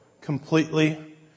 completely